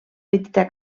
petita